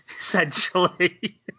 essentially